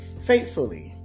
faithfully